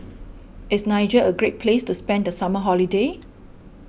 is Niger a great place to spend the summer holiday